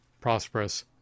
prosperous